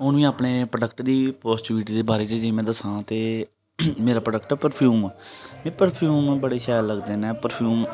हून मिकी अपने प्राडक्ट दी पाज्टिविटी दे बारे च जियां में दस्सां ते मेरा प्रोडेक्ट ऐ परफ्यूम मीं परफ्यूम शैल लगदे न परफ्यूम